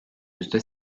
yüzde